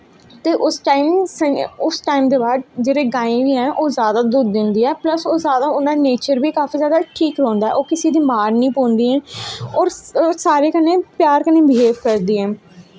ते उस टाईम दे बाद जेह्ड़ी गायें बी ऐँ ओह् जादा दुद्ध दिंदियां ऐं ते उँदा नेचर बी काफी जादा ठईक रौंह्दा ऐकिसे गी मार नी पौंदी और ओह् सारें कन्नैं प्यार कन्नैं बिहेव करदे ऐं